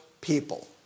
people